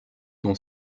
dont